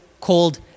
called